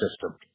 system